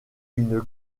une